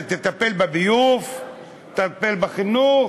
תטפל בביוב, תטפל בחינוך,